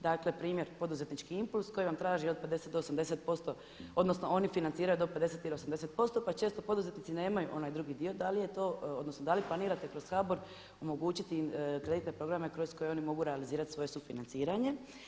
Dakle primjer poduzetnički impuls koji vam traži od 50 do 80%, odnosno oni financiraju do 50 ili 80% pa često poduzetnici nemaju onaj drugi dio, da li je to, odnosno da li planirate kroz HBOR omogućiti kreditne programe kroz koje oni mogu realizirati svoje sufinanciranje.